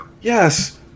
Yes